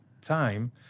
time